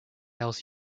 else